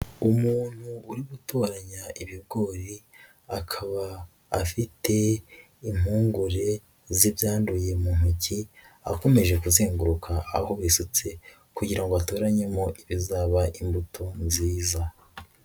Umuntu uri gutoranya ibigori akaba afite impongure z'ibyanduye mu ntoki akomeje kuzenguruka aho bisutse kugira ngo atoranyemo ibizaba imbuto nziza.